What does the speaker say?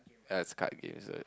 uh it's card game so